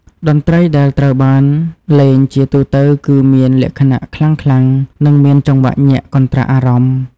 តន្ត្រីដែលត្រូវបានលេងជាទូទៅគឺមានលក្ខណៈខ្លាំងៗ និងមានចង្វាក់ញាក់កន្រ្ដាក់អារម្មណ៍។